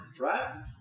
right